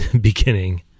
beginning